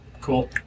Cool